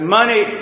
money